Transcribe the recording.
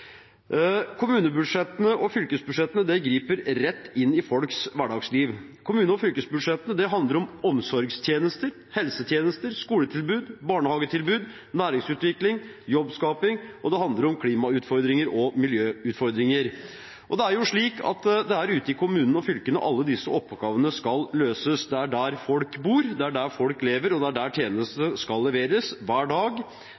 Kommunebudsjettene og fylkesbudsjettene griper rett inn i folks hverdagsliv. Kommune- og fylkesbudsjettene handler om omsorgstjenester, helsetjenester, skoletilbud, barnehagetilbud, næringsutvikling og jobbskaping, og det handler om klimautfordringer og miljøutfordringer. Det er slik at det er ute i kommunene og fylkene alle disse oppgavene skal løses. Det er der folk bor, det er der folk lever, og det er der tjenestene skal leveres hver dag,